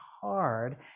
hard